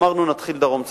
אמרנו: נתחיל דרום וצפון.